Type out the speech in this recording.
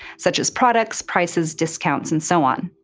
such as products, prices, discounts, and so on.